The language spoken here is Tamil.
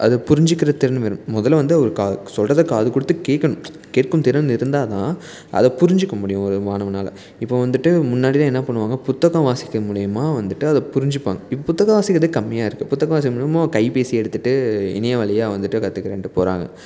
அது புரிஞ்சுக்கிற திறன் வேணும் முதலில் வந்து அவருக்கு சொல்கிறத காது கொடுத்து கேட்கணும் கேட்கும் திறன் இருந்தால் தான் அதை புரிஞ்சிக்க முடியும் ஒரு மாணவனால் இப்போ வந்துட்டு முன்னாடியெலாம் என்ன பண்ணுவாங்க புத்தகம் வாசிக்கிறது மூலிமா வந்துட்டு அதை புரிஞ்சிப்பாங்க இப்போ புத்தகம் வாசிக்கிறதே கம்மியாக இருக்குது புத்தகம் வாசிக்க கைபேசி எடுத்துட்டு இணையம் வழியாக வந்துட்டு கற்றுக்கிறேன்ட்டு போகிறாங்க